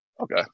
Okay